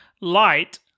light